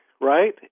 right